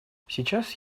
сейчас